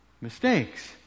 mistakes